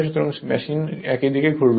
সুতরাং মেশিন একই দিকে ঘুরবে